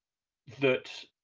that,